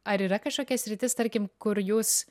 ar yra kažkokia sritis tarkim kur jūs